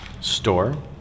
store